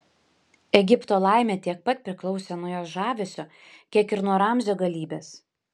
egipto laimė tiek pat priklausė nuo jos žavesio kiek ir nuo ramzio galybės